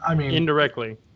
Indirectly